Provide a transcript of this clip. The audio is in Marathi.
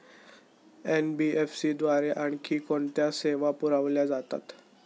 एन.बी.एफ.सी द्वारे आणखी कोणत्या सेवा पुरविल्या जातात?